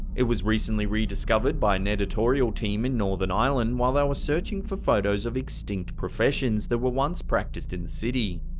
it was recently rediscovered by an editorial team in northern ireland, while they were searching for photos of extinct professions that were once practiced in the city.